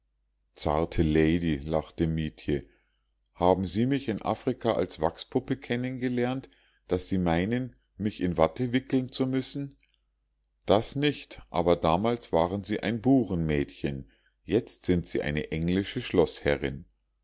zarte lady lachte mietje haben sie mich in afrika als wachspuppe kennen gelernt daß sie mich meinen in watte wickeln zu müssen das nicht aber damals waren sie ein burenmädchen jetzt sind sie eine englische